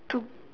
two